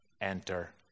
enter